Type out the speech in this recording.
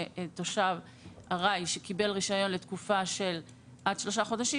כך שתושב ארעי שקיבל רישיון לתקופה של עד 3 חודשים,